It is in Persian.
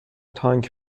تانک